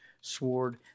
sword